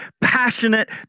passionate